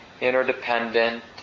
interdependent